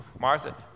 Martha